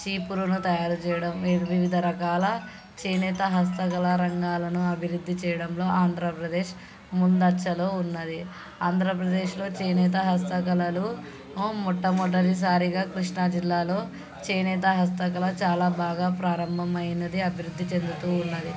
చీపురును తయారు చేయడం వివిధ రకాల చేనేత హస్తకళా రంగాలను అభివృద్ధి చేయడంలో ఆంధ్రప్రదేశ్ ముందంజలో ఉన్నది ఆంధ్రప్రదేశ్లో చేనేత హస్తకళలు మొట్టమొదటిసారిగా కృష్ణాజిల్లాలో చేనేత హస్తకళా చాలా బాగా ప్రారంభమైనది అభివృద్ధి చెందుతూ ఉన్నది